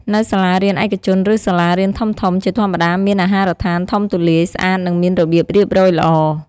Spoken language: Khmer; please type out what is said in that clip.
នៅសាលារៀនឯកជន ឬសាលារៀនធំៗជាធម្មតា មាន អាហារដ្ឋាន ធំទូលាយ ស្អាត និងមានរបៀបរៀបរយល្អ។